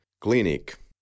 clinic